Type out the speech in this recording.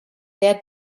der